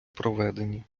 проведені